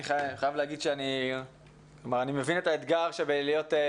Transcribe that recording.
אני חייב להגיד שאני מבין את האתגר של ליפול